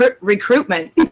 recruitment